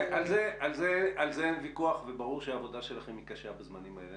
על זה אין ויכוח וברור שהעבודה שלכם קשה בזמנים האלה.